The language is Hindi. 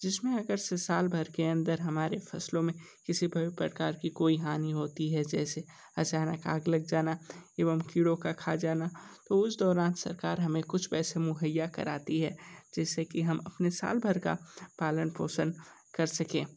जिस में अगरचे साल भर के अंदर हमारी फ़सलों में किसी प्रकार की कोई हानि होती है जैसे अचानक आग लग जाना एवं कीड़ों का खा जाना तो उस दौरान सरकार हमें कुछ पैसे मुहैया कराती है जिस से कि हम अपने साल भर का पालन पोषण कर सकें